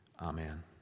amen